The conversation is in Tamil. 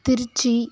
திருச்சி